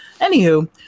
Anywho